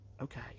okay